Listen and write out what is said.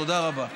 תודה רבה.